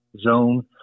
zone